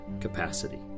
capacity